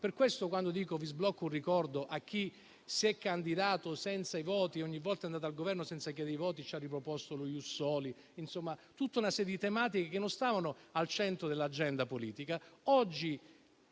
Per questo dico "vi sblocco un ricordo" a chi si è candidato senza i voti degli elettori e ogni volta è andato al Governo senza chiedere i voti ci ha riproposto lo *ius soli* e tutta una serie di tematiche che non stavano al centro dell'agenda politica. Oggi